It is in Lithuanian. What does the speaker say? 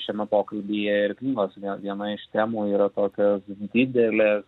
šiame pokalbyje ir knygos vie viena iš temų yra tokios didelės